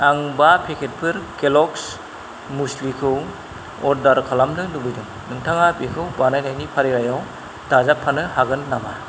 आं बा पेकेटफोर केलक्स मुस्लिखौ अर्डार खालामनो लुबैदों नोंथाङा बेखौ बायनायनि फारिलाइयाव दाजाबफानो हागोन नामा